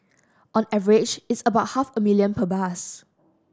on average it's about half a million per bus